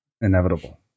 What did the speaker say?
inevitable